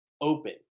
open